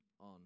on